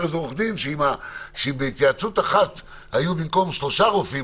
איזה עורך דין שבהתייעצות אחת היו במקום שלושה רופאים,